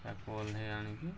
ତାକୁ ଓହ୍ଲେଇ ଆଣିକି